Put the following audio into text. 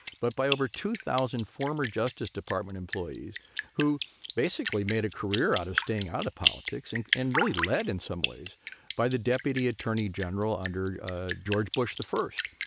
but by over two thousand former justice department employees who basically made a career out of staying out of politics. and really led in some ways by the deputy attorney general under ah george bush, the first.